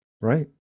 right